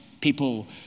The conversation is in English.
people